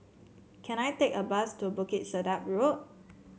can I take a bus to Bukit Sedap Road